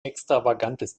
extravagantes